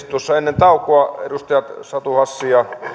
tuossa ennen taukoa edustajat satu hassi ja